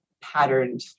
patterned